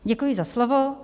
Děkuji za slovo.